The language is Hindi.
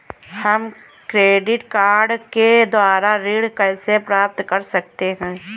हम क्रेडिट कार्ड के द्वारा ऋण कैसे प्राप्त कर सकते हैं?